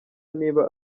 niba